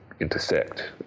intersect